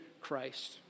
Christ